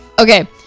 Okay